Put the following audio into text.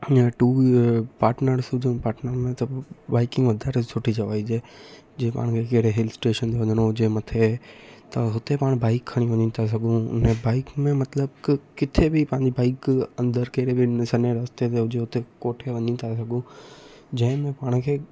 हीअंर two partners हुजूं partner में त बाइकिंग वाधारे सुठी चवाइजे जीअं पाण खे कहिड़े हिल स्टेशन ते वञिणो हुजे मथे त हुते पाण बाइक खणी वञी था सघूं उन बाइक में मतिलबु की किथे बि पंहिंजी बाइक अंदरि कहिड़े बि इन सन्हे रास्ते ते हुजूं हुते कोठे वञी था सघूं जंहिंमें पाण खे